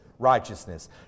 righteousness